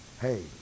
Hey